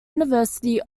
university